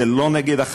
אדוני,